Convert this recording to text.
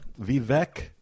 Vivek